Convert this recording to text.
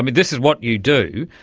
but this is what you do,